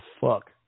fuck